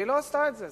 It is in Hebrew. והיא לא עשתה את זה,